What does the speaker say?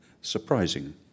surprising